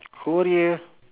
Korea